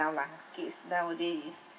now lah kids nowadays is